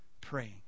praying